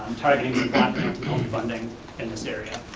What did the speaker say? and targeting some funding in this area.